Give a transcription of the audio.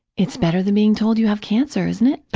it's better than being told you have cancer, isn't it?